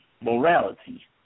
morality